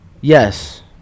Yes